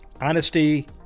Honesty